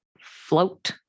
float